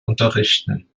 unterrichten